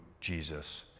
Jesus